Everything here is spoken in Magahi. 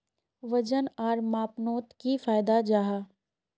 वजन आर मापनोत की फायदा जाहा?